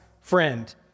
friend